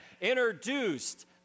introduced